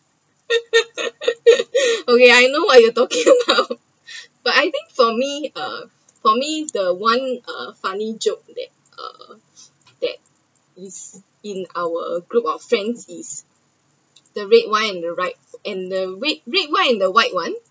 okay I know what you’re talking about but I think for me uh for me the one uh funny joke that uh that is in our group of friends is the red one and the right and the red red one and the white one